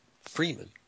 Freeman